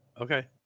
Okay